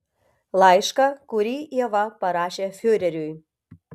laišką kurį ieva parašė fiureriui